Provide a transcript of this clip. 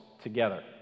together